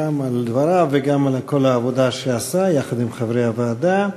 גם על דבריו וגם על כל העבודה שעשה יחד עם חברי הוועדה.